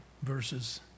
Verses